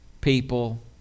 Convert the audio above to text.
people